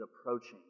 approaching